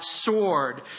sword